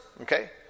okay